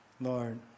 Lord